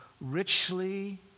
richly